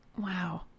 Wow